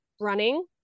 running